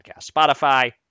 Spotify